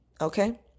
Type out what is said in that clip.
okay